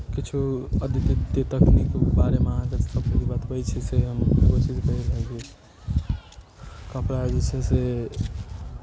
किछु अद्यतन तकनीकीके बारेमे अहाँकेँ बतबै छी से हम कोशिश कए रहल छी कपड़ा जे छै से